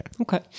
Okay